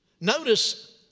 Notice